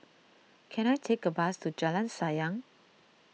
can I take a bus to Jalan Sayang